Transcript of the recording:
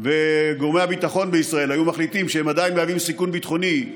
וגורמי הביטחון בישראל היו מחליטים שהם עדיין מהווים סיכון ביטחוני.